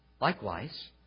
Likewise